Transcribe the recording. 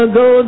go